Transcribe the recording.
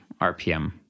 RPM